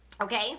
okay